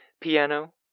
piano